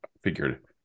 Figured